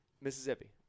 Mississippi